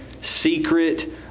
secret